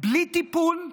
בלי טיפול,